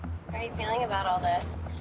feeling about all this?